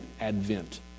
advent